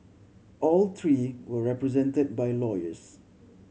all three were represented by lawyers